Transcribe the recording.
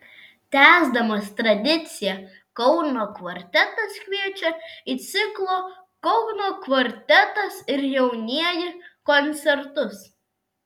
tęsdamas tradiciją kauno kvartetas kviečia į ciklo kauno kvartetas ir jaunieji koncertus